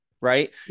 right